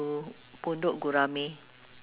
dekat computer tu ada apa